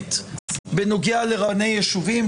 מסוימת בנוגע לרבני יישובים,